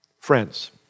Friends